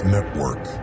Network